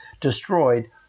destroyed